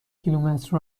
کیلومتر